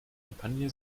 kampagne